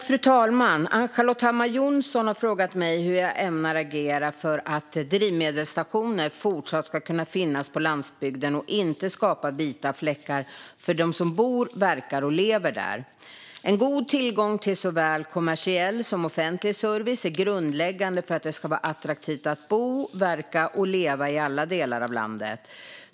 Fru talman! Ann-Charlotte Hammar Johnsson har frågat mig hur jag ämnar agera för att drivmedelsstationer fortsatt ska kunna finnas på landsbygden och inte skapa vita fläckar för dem som bor, verkar och lever där. En god tillgång till såväl kommersiell som offentlig service är grundläggande för att det ska vara attraktivt att bo, verka och leva i alla delar av landet.